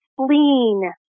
spleen